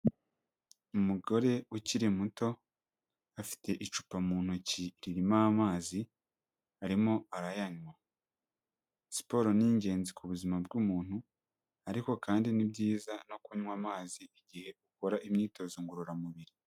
Umugore ukiri muto, afite icupa mu ntoki ririmo amazi, arimo arayanywa, siporo ni ingenzi ku buzima bw'umuntu, ariko kandi ni byiza no kunywa amazi igihe ukora imyitozo ngororamubiri.